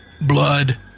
Blood